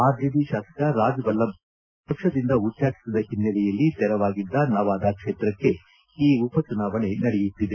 RJD ಶಾಸಕ ರಾಜ್ವಲ್ಲಭ್ ಯಾದವ್ ಅವರನ್ನು ಪಕ್ಷದಿಂದ ಉಚ್ದಾಟಿಸಿದ ಹಿನ್ನೆಲೆಯಲ್ಲಿ ತೆರವಾಗಿದ್ದ ನವಾದಾ ಕ್ವೇತ್ರಕ್ಕೆ ಈ ಉಪಚುನಾವಣೆ ನಡೆಯುತ್ತಿದೆ